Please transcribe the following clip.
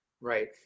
Right